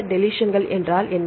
deletions என்றால் என்ன